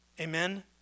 Amen